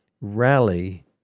rally